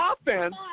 offense